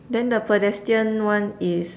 then the pedestrian one is